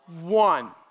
one